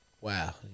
wow